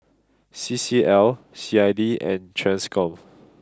C C L C I D and Transcom